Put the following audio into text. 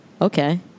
okay